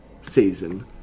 season